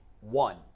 One